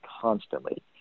constantly